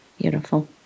Beautiful